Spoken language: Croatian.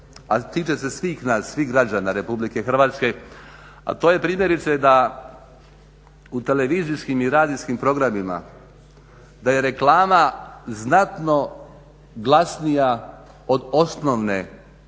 tiče se svih nas, svih građana RH, a to je primjerice da u televizijskim i radijskim programima da je reklama znatno glasnija od osnovne emisije.